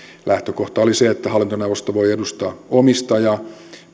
lähtökohta oli se että hallintoneuvosto voi edustaa omistajaa